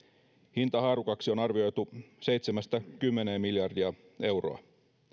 hintahaarukaksi on arvioitu seitsemän viiva kymmenen miljardia euroa